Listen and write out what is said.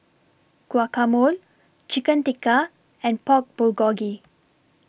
Guacamole Chicken Tikka and Pork Bulgogi